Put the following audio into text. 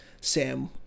Sam